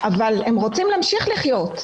אבל הם רוצים להמשיך לחיות,